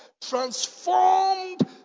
Transformed